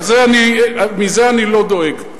מזה אני לא דואג.